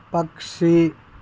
పక్షి